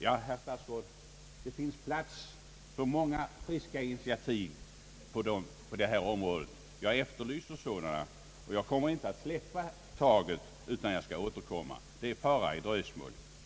Ja, herr statsråd, det finns utrymme för många friska initiativ på detta område. Jag efterlyser sådana och tänker inte släppa taget utan skall återkomma. Det är fara i dröjsmål.